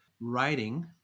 writing